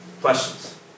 Questions